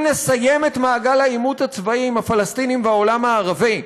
אם נסיים את מעגל העימות הצבאי עם הפלסטינים והעולם הערבי,